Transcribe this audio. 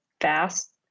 fast